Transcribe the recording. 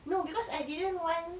no because I didn't want